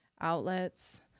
outlets